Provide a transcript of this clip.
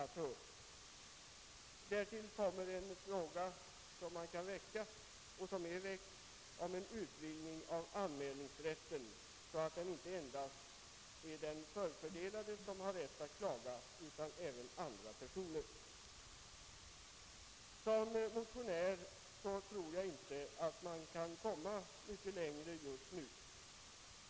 En annan fråga som kan väckas — det har för övrigt redan skett — gäller en utvidgning av anmälningsrätten, så att inte endast den förfördelade utan även andra personer har rätt att klaga. Som motionär tror jag inte att man kan komma mycket längre just nu.